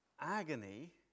agony